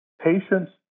Patients